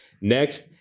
Next